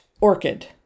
orchid